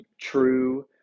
true